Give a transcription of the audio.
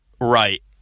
right